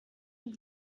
und